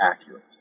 accurate